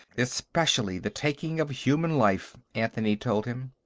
especially the taking of human life, anthony told him.